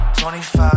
25